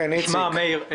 מאיר,